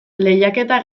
lehiaketa